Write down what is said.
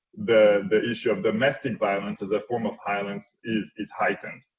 the the issue of domestic violence as a form of violence is is heightened.